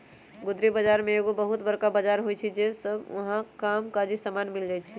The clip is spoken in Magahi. गुदरी बजार में एगो बहुत बरका बजार होइ छइ जहा सब काम काजी समान मिल जाइ छइ